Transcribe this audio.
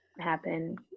happen